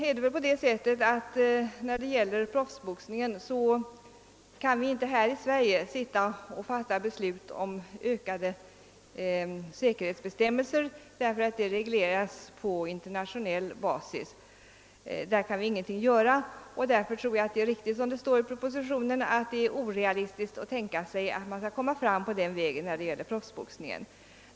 I fråga om boxning kan vi inte här i Sverige fatta beslut om ökade säkerhetsbestämmelser därför att dessa regleras på internationell basis. Därvidlag kan vi ingenting göra, och därför tror jag att det är riktigt som det står i propositionen, att det är orealistiskt att tänka sig att komma fram på den vägen när det gäller proffsboxningen.